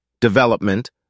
development